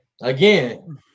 Again